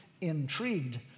intrigued